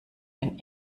wenn